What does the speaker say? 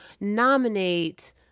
nominate